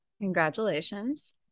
Congratulations